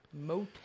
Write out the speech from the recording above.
Motel